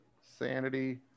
sanity